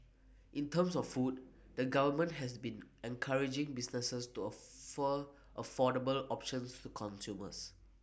in terms of food the government has been encouraging businesses to offer affordable options to consumers